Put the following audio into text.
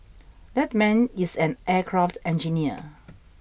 that man is an aircraft engineer